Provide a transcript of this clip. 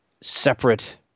separate